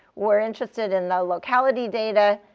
we're interested in the locality data,